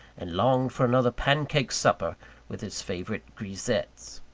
and longed for another pancake-supper with his favourite grisettes.